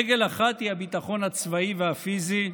רגל אחת היא הביטחון הצבאי והפיזי,